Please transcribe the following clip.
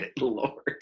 Lord